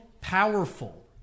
powerful